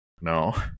no